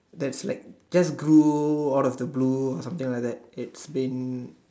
that's like just gloom all of the blue something like its been